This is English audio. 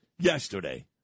yesterday